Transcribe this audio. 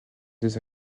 des